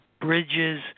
bridges